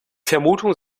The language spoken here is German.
vermutung